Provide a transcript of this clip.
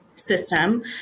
system